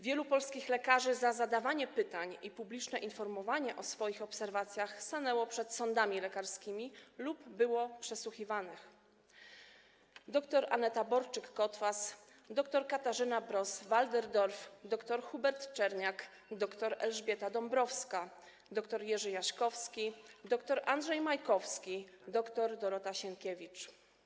Wielu polskich lekarzy za zadawanie pytań i publiczne informowanie o swoich obserwacjach stanęło przed sądami lekarskimi lub było przesłuchiwanych: dr Aneta Borczyk-Kotwas, dr Katarzyna Bross-Walderdorff, dr Hubert Czerniak, dr Elżbieta Dąbrowska, dr Jerzy Jaśkowski, dr Andrzej Majkowski, dr Dorota Sienkiewicz.